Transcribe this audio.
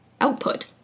output